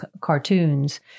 cartoons